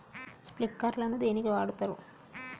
Sprinkler ను దేనికి వాడుతరు?